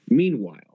meanwhile